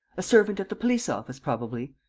a servant at the police-office, probably?